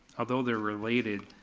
although they're related,